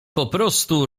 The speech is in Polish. poprostu